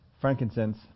frankincense